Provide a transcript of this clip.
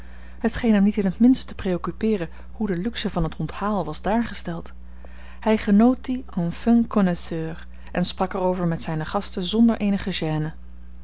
scheen hem niet in t minst te preoccupeeren hoe de luxe van het onthaal was daargesteld hij genoot die en fin connaisseur en sprak er over met zijne gasten zonder eenige gêne